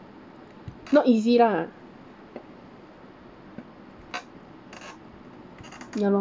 not easy lah